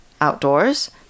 outdoors